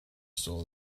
saw